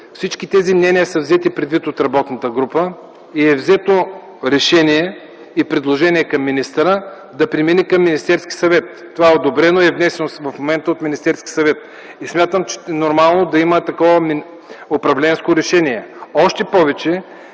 Всички тези мнения са взети предвид от работната група и е взето решение за предложение към министъра да премине към Министерския съвет. Това е одобрено и е внесено в момента от Министерския съвет. Смятам, че е нормално да има такова управленско решение. Още повече,